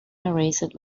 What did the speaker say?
harassed